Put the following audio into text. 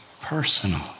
personal